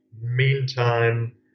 Meantime